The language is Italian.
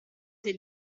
sei